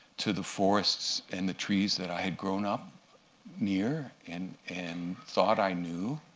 to the forests and the trees that i had grown up near and and thought i knew.